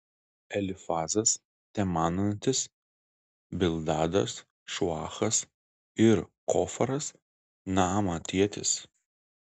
elifazas temanantis bildadas šuachas ir cofaras naamatietis